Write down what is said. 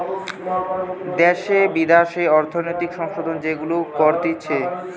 দ্যাশে বিদ্যাশে অর্থনৈতিক সংশোধন যেগুলা করতিছে